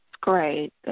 Great